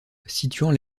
situant